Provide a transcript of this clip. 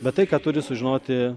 bet tai ką turi sužinoti